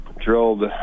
drilled